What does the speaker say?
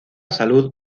salud